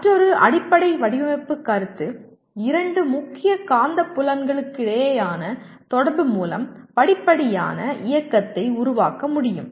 மற்றொரு அடிப்படை வடிவமைப்பு கருத்து இரண்டு முக்கிய காந்தப்புலங்களுக்கிடையேயான தொடர்பு மூலம் படிப்படியான இயக்கத்தை உருவாக்க முடியும்